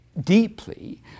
deeply